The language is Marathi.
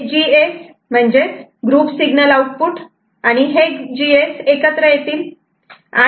हे GS म्हणजे ग्रुप सिग्नल आउटपुट आणि हे GS एकत्र येतील